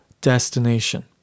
destination